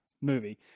movie